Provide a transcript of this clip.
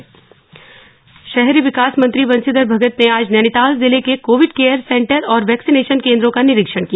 शहरी विकास मंत्री शहरी विकास मंत्री बंशीधर भगत ने आज नैनीताल जिले के कोविड केयर सेन्टर और वैक्सीनेशन केन्द्रों का निरीक्षण किया